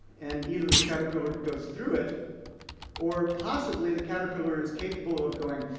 and either the caterpillar goes through it or possibly the caterpillar is capable of going,